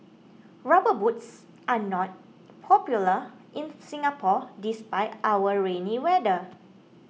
rubber boots are not popular in Singapore despite our rainy weather